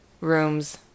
Rooms